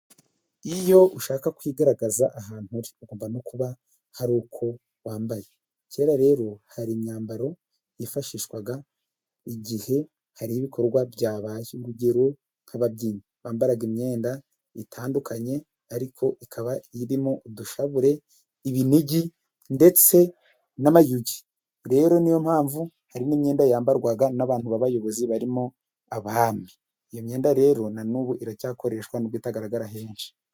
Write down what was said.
Iyo ushaka kwigaragaza ahantu ugomba no kuba hari uko wambaye. Kera rero hari imyambaro yifashishwaga igihe hari ibikorwa byabaye urugero: nk'ababyinnyi bambaraga imyenda itandukanye ariko ikaba irimo udushabure, ibinigi ndetse n'amayugi. Rero niyo mpamvu hari n'imyenda yambarwaga n'abantu babayobozi barimo abami. Iyo myenda rero na n'ubu iracyakoreshwa mu kutagaragara henshi.